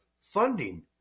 funding